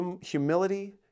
humility